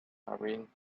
hurrying